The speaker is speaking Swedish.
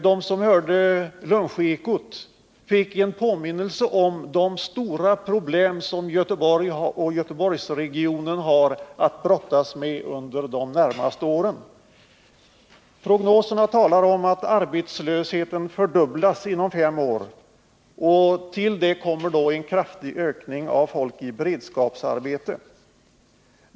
De som hörde Lunchekot fick. en påminnelse om de stora problem som Göteborg och Göteborgsregionen har att brottas med under de närmaste åren. Prognoserna talar om att arbetslösheten fördubblas inom fem år. Till det kommer en kraftig ökning av folk i beredskapsarbete.